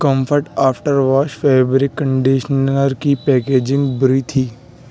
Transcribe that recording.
comfort after wash fabric conditioner کی packaging بری تھی